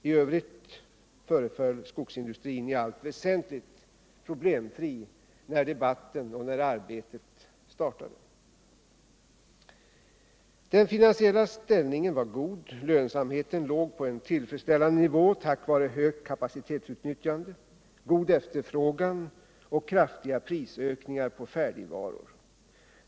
I övrigt föreföll skogsindustrin i allt väsentligt problemfri, när debatten och arbetet startades. Den finansiella ställningen var god. Lönsamheten låg på en tillfredsställande nivå tack vare högt kapacitetsutnyttjande, god efterfrågan och kraftiga prisökningar på färdigvaror.